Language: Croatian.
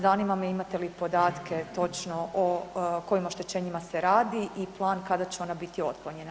Zanima me imate li podatke točno o kojim oštećenjima se radi i plan kada će ona biti otklonjena.